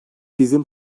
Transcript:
bizim